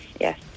yes